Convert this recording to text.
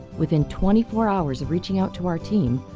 within twenty four hours of reaching out to our team,